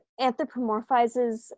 anthropomorphizes